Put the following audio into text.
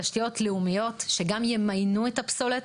תשתיות לאומיות שגם ימיינו את הפסולת,